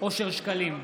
אושר שקלים,